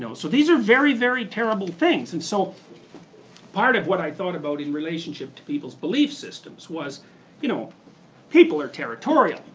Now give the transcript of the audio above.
so so these are very very terrible things. and so part of what i thought about in relation to to people's belief systems was you know people are territorial.